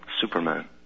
Superman